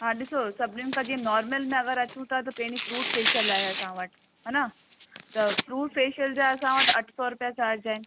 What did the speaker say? हा ॾिसो सभिनिनि खां जीअं नॉर्मल में अगरि अचूं था त पहिरीं फ्रूट फ़ेशियल आहे असां वटि हान त फ्रूट फ़ेशियल जा असां वटि अठ सौ रुपया चार्ज आहिनि